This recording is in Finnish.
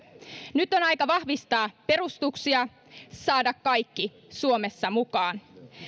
on aika vahvistaa perustuksia saada kaikki suomessa mukaan